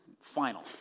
final